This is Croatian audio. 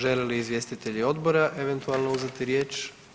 Žele li izvjestitelji odbora eventualno uzeti riječ?